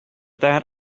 that